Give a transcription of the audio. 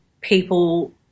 people